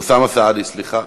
אוסאמה סעדי, סליחה.